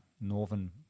northern